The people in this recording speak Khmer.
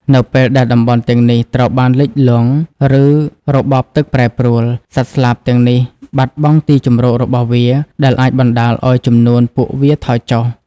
នៅពេលដែលតំបន់ទាំងនេះត្រូវបានលិចលង់ ឬរបបទឹកប្រែប្រួល សត្វស្លាបទាំងនេះបាត់បង់ទីជម្រករបស់វា ដែលអាចបណ្តាលឱ្យចំនួនពួកវាថយចុះ។